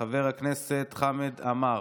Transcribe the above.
חבר הכנסת חמד עמאר,